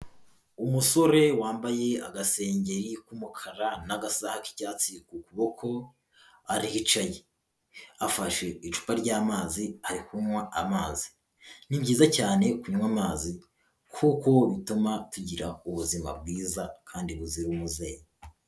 Umusore wambaye agasengeri k'umukara n'agasaha k'icyatsi ku kuboko aricaye afashe icupa ry'amazi ari kunywa amazi. Ni byiza cyane kunywa amazi bituma tugira ubuzima bwiza kandi buzira umuze.